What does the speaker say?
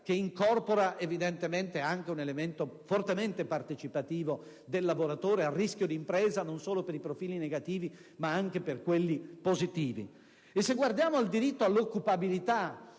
incorpora anche un elemento fortemente partecipativo del lavoratore al rischio di impresa, non solo per i profili negativi, ma anche per quelli positivi. Se guardiamo al diritto all'occupabilità,